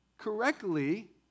correctly